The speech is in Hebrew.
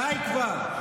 די כבר.